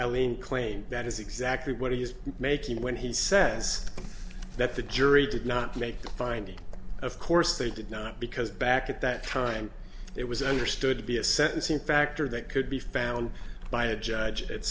eleni claim that is exactly what he is making when he says that the jury did not make findings of course they did not because back at that time it was understood to be a sentencing factor that could be found by a judge at